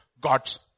God's